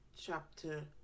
chapter